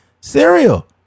cereal